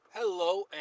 Hello